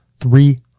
three